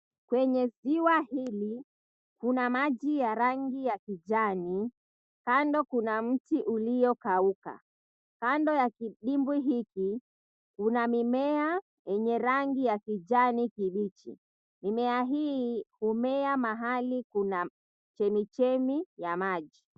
Kwenye ziwa hili, kuna maji ya rangi ya kijani, kando kuna mti uliokauka, kando ya kidimbwi hiki, kuna mimea yenye rangi ya kijani kibichi. Mimea hii humea mahali kuna chemichemi ya maji.